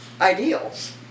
ideals